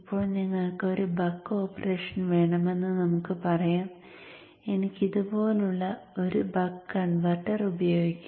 ഇപ്പോൾ നിങ്ങൾക്ക് ഒരു ബക്ക് ഓപ്പറേഷൻ വേണമെന്ന് നമുക്ക് പറയാം എനിക്ക് ഇതുപോലുള്ള ഒരു ബക്ക് കൺവെർട്ടർ ഉപയോഗിക്കാം